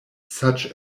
such